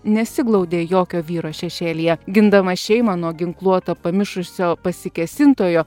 nesiglaudė jokio vyro šešėlyje gindama šeimą nuo ginkluoto pamišusio pasikėsintojo